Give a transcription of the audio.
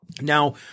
Now